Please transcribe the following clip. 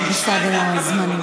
אני מבקשת לעמוד בסד הזמנים,